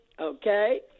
Okay